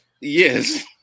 Yes